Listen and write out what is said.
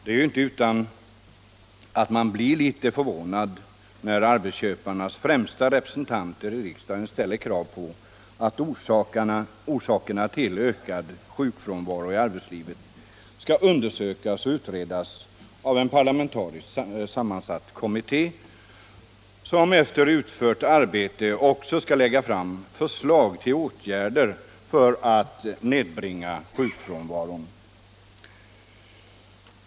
Det är ju inte utan att man blir litet förvånad när arbetsköparnas främsta representanter i riksdagen ställer krav på att ökad sjukfrånvaro i arbetslivet skall undersökas och utredas av en parlamentariskt sammansatt kommitté som efter utfört arbete också skall lägga fram förslag till åtgärder för att nedbringa sjukfrånvaron.